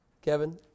Kevin